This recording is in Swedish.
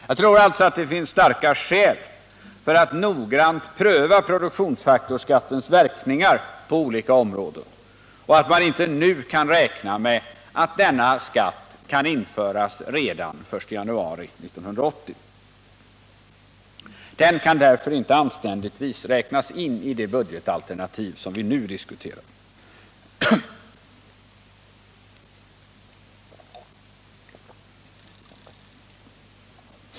Jag tror alltså att det finns starka skäl för att noggrant pröva produktionsfaktorsskattens verkningar på olika områden och att man inte nu kan räkna med att denna skatt skall kunna införas redan den 1 januari 1980. Den kan därför inte anständigtvis räknas in i det budgetalternativ som vi nu diskuterar.